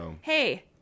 hey